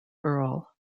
earl